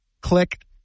click